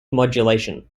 modulation